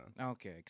Okay